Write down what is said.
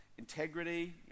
Integrity